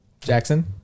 jackson